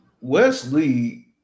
wesley